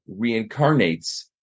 reincarnates